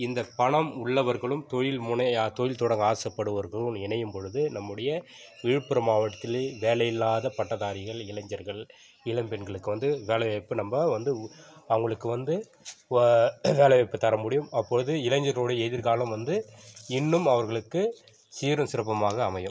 இந்த பணம் உள்ளவர்களும் தொழில் முனையா தொழில் தொடங்க ஆசைப்படுவர்களும் இணையும் பொழுது நம்முடைய விழுப்புரம் மாவட்டத்திலே வேலை இல்லாத பட்டதாரிகள் இளைஞர்கள் இளம் பெண்களுக்கு வந்து வேலைவாய்ப்பு நம்ம வந்து உ அவங்களுக்கு வந்து உவ வேலைவாய்ப்பு தரமுடியும் அப்போது இளைஞருடை எதிர்காலம் வந்து இன்னும் அவர்களுக்கு சீரும் சிறப்புமாக அமையும்